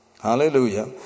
hallelujah